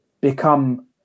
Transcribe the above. become